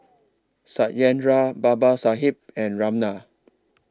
Satyendra Babasaheb and Ramnath